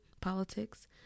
politics